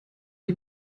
die